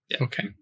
Okay